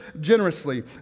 generously